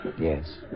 Yes